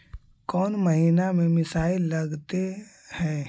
कौन महीना में मिसाइल लगते हैं?